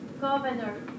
governor